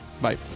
Bye